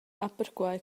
perquai